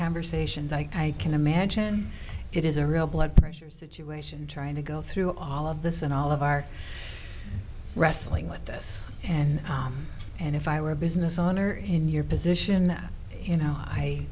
conversations i can imagine it is a real blood pressure situation trying to go through all of this and all of our wrestling with this and and if i were a business owner in your position that you know i